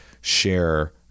share